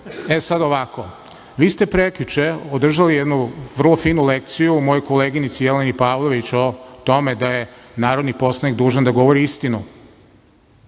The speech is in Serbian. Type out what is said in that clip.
ovako. Vi ste prekjuče održali jednu vrlo finu lekciju mojoj koleginici Jeleni Pavlović o tome da je narodni poslanik dužan da govori istinu.